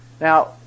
Now